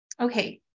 Okay